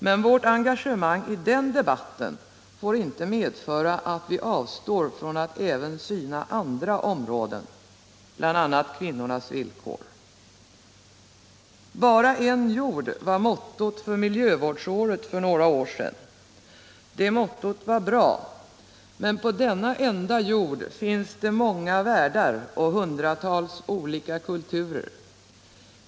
Men vårt engagemang i den debatten får inte medföra att vi avstår från att även syna andra områden, bl.a. kvinnornas villkor. Bara en jord var mottot för miljövårdsåret för några år sedan. Det mottot var bra. Men på denna enda jord finns många världar och hundratals olika kulturer.